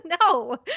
No